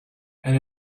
and